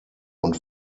und